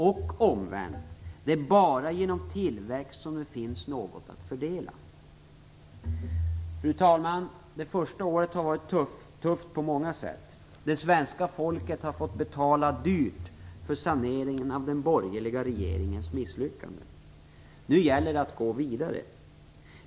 Och omvänt: Det är bara genom tillväxt som det finns något att fördela. Fru talman! Det första året har varit tufft på många sätt. Det svenska folket har fått betala dyrt för saneringen av den borgerliga regeringens misslyckande. Nu gäller det att gå vidare.